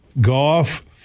Goff